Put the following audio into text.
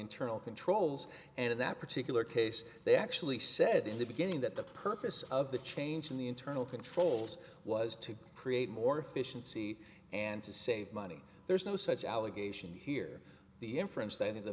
internal controls and in that particular case they actually said in the beginning that the purpose of the change in the internal controls was to create more efficiency and to save money there's no such allegation here the inference that in the